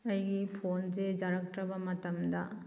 ꯑꯩꯒꯤ ꯐꯣꯟꯁꯦ ꯌꯥꯔꯛꯇ꯭ꯔꯕ ꯃꯇꯝꯗ